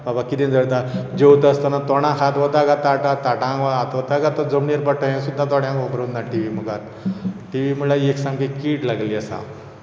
बाबा कितें तें आतां जेवा आसतना तोंडांत हात वता काय ताटांत ताटांत हात वता काय तो जमनीर पडटा हें सुद्दां थोड्यांक खबर उरना टी व्ही मुखार टी व्ही म्हणल्यार एक सामकी कीड लागिल्ली आसा